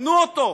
תנו אותו.